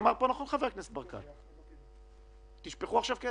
אמר פה נכון חבר הכנסת ברקת, תשפכו עכשיו כסף.